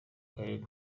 karere